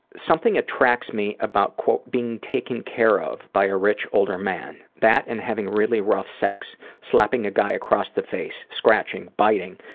something attracted me about quote being taken care of by a rich older man. that and having really rough sex. slapping a guy across the face, scratching, biting,